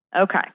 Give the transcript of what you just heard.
Okay